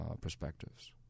perspectives